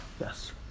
Yes